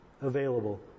available